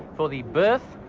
for the birth,